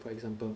for example